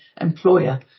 employer